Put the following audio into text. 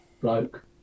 bloke